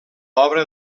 obra